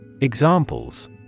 Examples